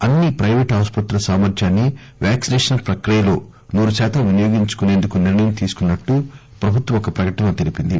అన్ని ప్రయిపేటు ఆస్పత్రుల సామర్థ్యాన్ని వాక్సినేషన్ ప్రక్రియలో నూరుశాతం వినియోగించుకుసేందుకు నిర్లయం తీసుకున్నట్టు ప్రభుత్వం ఒక ప్రకటనలో తెలిపింది